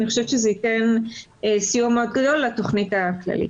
אני חושבת שזה יתן סיוע מאוד גדול לתוכנית הכללית.